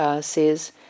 says